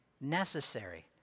necessary